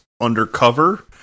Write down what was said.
undercover